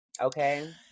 Okay